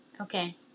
Okay